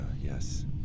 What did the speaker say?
Yes